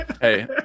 Hey